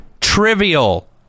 trivial